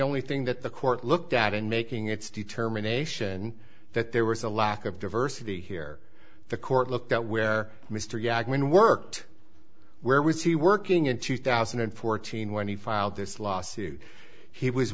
only thing that the court looked at in making its determination that there was a lack of diversity here the court looked at where mr yeah and worked where was he working in two thousand and fourteen when he filed this lawsuit he was